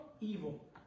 evil